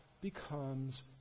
becomes